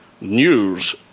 News